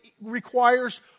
requires